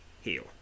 Heal